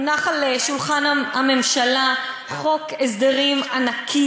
מונח על שולחן הממשלה חוק הסדרים ענק,